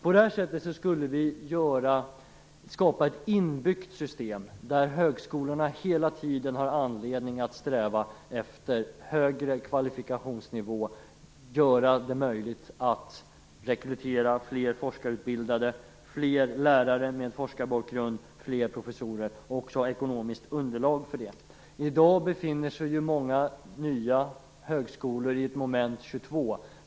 På det här sättet skulle vi skapa ett inbyggt system där högskolorna hela tiden har anledning att sträva efter högre kvalifikationsnivå. Det skulle göra det möjligt att rekrytera fler forskarutbildade, fler lärare med forskarbakgrund och fler professorer. Man skulle också ha ekonomiskt underlag för detta. I dag befinner ju sig många nya högskolor i ett moment 22.